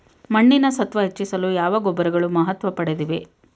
ಮಣ್ಣಿನ ಸತ್ವ ಹೆಚ್ಚಿಸಲು ಯಾವ ಗೊಬ್ಬರಗಳು ಮಹತ್ವ ಪಡೆದಿವೆ?